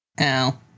Ow